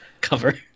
cover